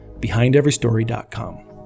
BehindEveryStory.com